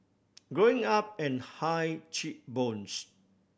growing up and high cheek bones